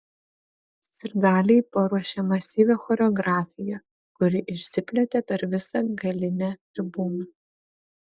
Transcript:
sirgaliai paruošė masyvią choreografiją kuri išsiplėtė per visą galinę tribūną